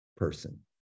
person